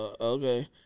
Okay